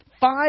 five